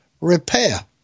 repair